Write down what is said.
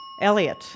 Elliot